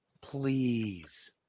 please